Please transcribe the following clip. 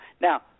Now